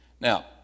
Now